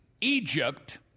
Egypt